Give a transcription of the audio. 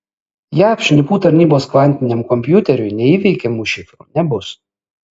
jav šnipų tarnybos kvantiniam kompiuteriui neįveikiamų šifrų nebus